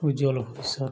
ଉଜ୍ଜ୍ୱଳ ଭବିଷ୍ୟ